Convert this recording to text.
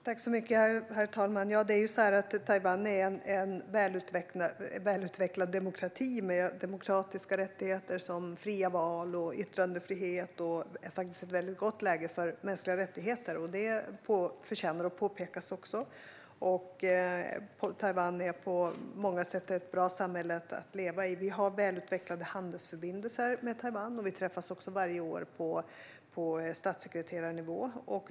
Herr talman! Taiwan är en välutvecklad demokrati med demokratiska rättigheter som fria val, yttrandefrihet och ett gott läge för mänskliga rättigheter. Det förtjänar att påpekas. Taiwan är på många sätt ett bra samhälle att leva i. Sverige har välutvecklade handelsförbindelser med Taiwan, och vi träffas varje år på statssekreterarnivå.